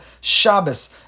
Shabbos